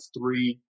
three